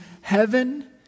heaven